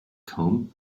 come